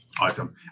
Awesome